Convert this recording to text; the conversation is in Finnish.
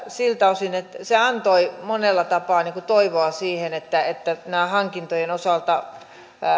siltä osin että se antoi monella tapaa toivoa siihen että että näiden hankintojen osalta